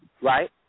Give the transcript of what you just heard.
right